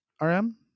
RM